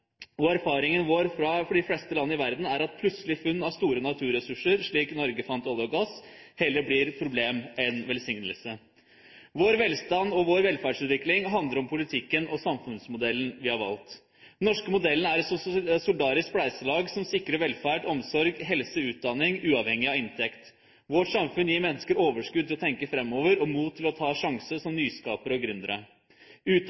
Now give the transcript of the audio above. Erfaringen vår fra de fleste land i verden er at plutselige funn av store naturressurser, slik Norge fant olje og gass, heller blir et problem enn en velsignelse. Vår velstand og vår velferdsutvikling handler om politikken og samfunnsmodellen vi har valgt. Den norske modellen er et solidarisk spleiselag som sikrer velferd, omsorg, helse og utdanning, uavhengig av inntekt. Vårt samfunn gir mennesker overskudd til å tenke framover og mot til å ta sjanser som